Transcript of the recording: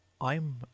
I'm